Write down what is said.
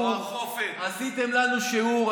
עשיתם לנו שיעור,